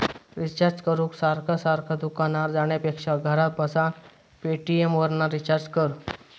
recharge करूक सारखा सारखा दुकानार जाण्यापेक्षा घरात बसान पेटीएमवरना रिचार्ज कर